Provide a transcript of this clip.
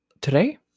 today